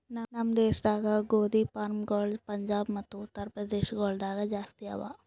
ನಮ್ ದೇಶದಾಗ್ ಗೋದಿ ಫಾರ್ಮ್ಗೊಳ್ ಪಂಜಾಬ್ ಮತ್ತ ಉತ್ತರ್ ಪ್ರದೇಶ ಗೊಳ್ದಾಗ್ ಜಾಸ್ತಿ ಅವಾ